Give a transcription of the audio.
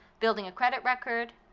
building a credit record,